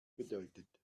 bedeutet